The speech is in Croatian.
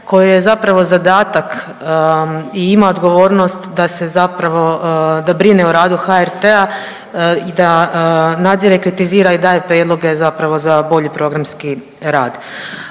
kojoj je zapravo zadatak i ima odgovornost da se zapravo da brine o radu HRT-a i da nadzire, kritizira i daje prijedloge zapravo za bolji programski rad.